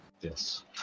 Yes